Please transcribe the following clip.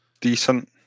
decent